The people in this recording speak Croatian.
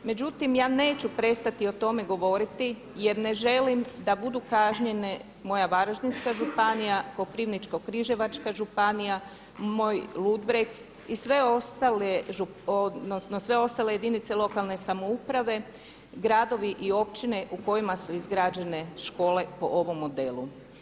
Međutim ja neću prestati o tome govoriti jer ne želim da budu kažnjene moja Varaždinska županija, Koprivničko-križevačka županija, moj Ludbreg i sve ostale, odnosno sve ostale jedinice lokalne samouprave, gradovi i općine u kojima su izgrađene škole po ovom modelu.